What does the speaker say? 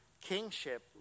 kingship